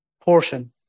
portion